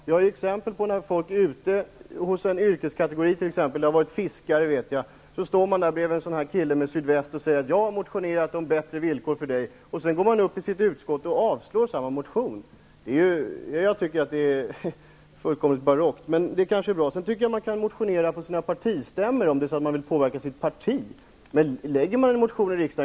Jag har ett exempel med en riksdagsman som är ute hos yrkeskategorin fiskare, och han står bredvid en kille med sydväst och säger att ''jag har motionerat om bättre villkor för dig''. Sedan avstyrker han samma motion i sitt utskott. Det är fullkomligt barockt. Man kan motionera på sina partistämmor om man vill påverka sitt parti.